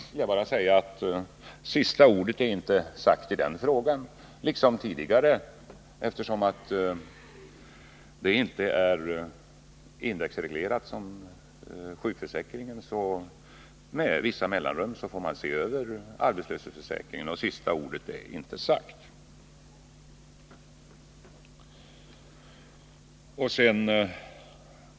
Men jag vill svara att sista ordet inte är sagt i den frågan. Man måste liksom tidigare med vissa mellanrum se över arbetslöshetsförsäkringen. Sista ordet är alltså inte sagt.